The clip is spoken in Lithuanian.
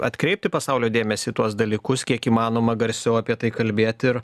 atkreipti pasaulio dėmesį į tuos dalykus kiek įmanoma garsiau apie tai kalbėt ir